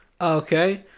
Okay